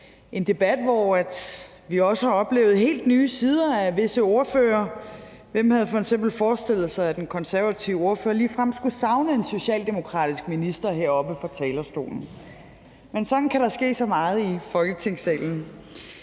en debat, hvor vi også har oplevet helt nye sider af visse ordførere. Hvem havde f.eks. forestille sig, at den konservative ordfører ligefrem skulle savne en socialdemokratisk minister heroppe fra talerstolen. Men sådan kan der ske så meget i Folketingssalen.